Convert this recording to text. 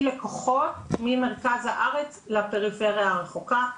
לקוחות ממרכז הארץ לפריפריה הרחוקה.